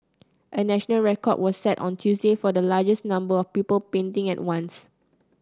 a national record was set on Tuesday for the largest number of people painting at once